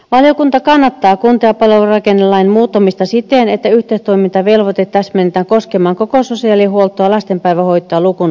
valiokunta kannattaa kunta ja palvelurakennelain muuttamista siten että yhteistoimintavelvoite täsmennetään koskemaan koko sosiaalihuoltoa lasten päivähoitoa lukuun ottamatta